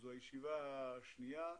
זו הישיבה השנייה,